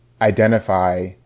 identify